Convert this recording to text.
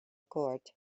court